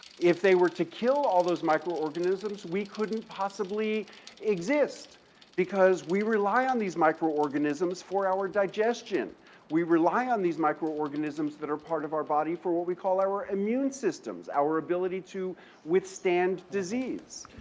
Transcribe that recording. if they were to kill all those microorganisms, we couldn't possibly exist because we rely on these microorganisms for our digestion. we rely on these microorganisms that are part of our body for what we call our immune systems, our ability to withstand disease.